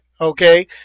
okay